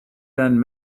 been